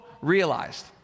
realized